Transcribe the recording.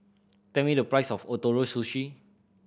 tell me the price of Ootoro Sushi